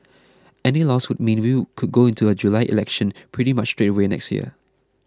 any loss would mean we could go into a July election pretty much straight away next year